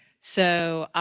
so,